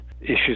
issues